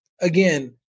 again